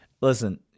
Listen